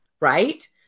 right